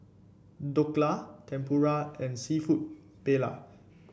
Dhokla Tempura and seafood Paella